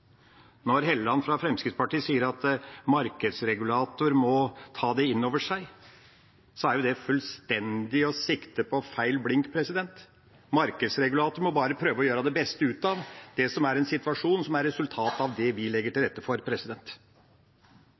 Når Halleland fra Fremskrittspartiet sier at markedsregulator må ta det inn over seg, er det fullstendig å sikte på feil blink. Markedsregulator må bare prøve å gjøre det beste ut av det som er situasjonen og et resultat av det vi legger til rette for.